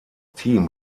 team